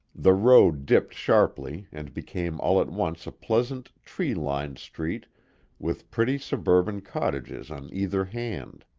the road dipped sharply, and became all at once a pleasant, tree-lined street with pretty suburban cottages on either hand.